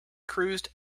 cruised